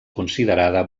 considerada